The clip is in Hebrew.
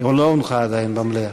לא הונחה עדיין במליאה.